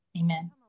Amen